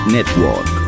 Network